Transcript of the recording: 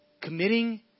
Committing